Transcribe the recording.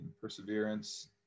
perseverance